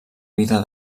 vida